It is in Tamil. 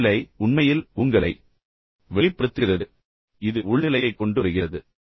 சூழ்நிலை உண்மையில் உங்களை வெளிப்படுத்துகிறது இது முக்கியமான தருணங்களில் உங்களுக்குள் உள்ள உள்நிலையைக் கொண்டுவருகிறது